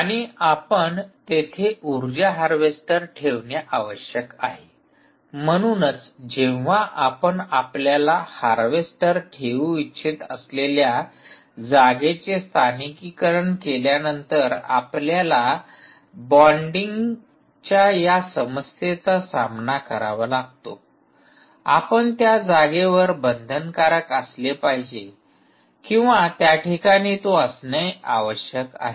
आणि आपण तेथे उर्जा हार्वेस्टर ठेवणे आवश्यक आहे म्हणूनच जेव्हा आपण आपल्याला हार्वेस्टर ठेवू इच्छित असलेल्या जागेचे स्थानिकीकरण केल्यानंतर आपल्याला बाँडिंगच्या या समस्येचा सामना करावा लागतो आपण त्या जागेवर बंधनकारक असले पाहिजे किंवा त्या ठिकाणी तो असणे आवश्यक आहे